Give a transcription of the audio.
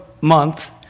month